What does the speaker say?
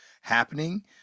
happening